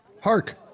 Hark